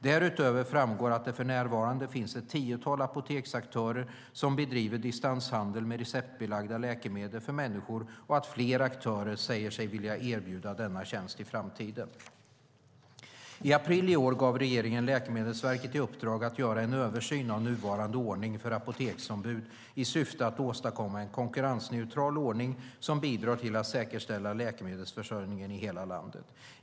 Därutöver framgår att det för närvarande finns ett tiotal apoteksaktörer som bedriver distanshandel med receptbelagda läkemedel för människor och att fler aktörer säger sig vilja erbjuda denna tjänst i framtiden. I april i år gav regeringen Läkemedelsverket i uppdrag att göra en översyn av nuvarande ordning för apoteksombud i syfte att åstadkomma en konkurrensneutral ordning som bidrar till att säkerställa läkemedelsförsörjningen i hela landet.